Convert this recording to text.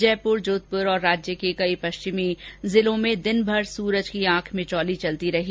जयपुर जोधपुर और राज्य के पश्चिमी हिस्से में दिनभर सूरज की आंखमिचौली चलती रही